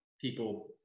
People